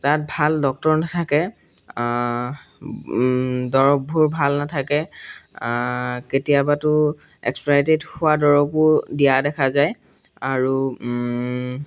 তাত ভাল ডক্টৰ নাথাকে দৰৱবোৰ ভাল নাথাকে কেতিয়াবাতো এক্সপাইৰি ডেট হোৱা দৰৱো দিয়া দেখা যায় আৰু